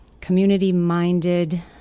community-minded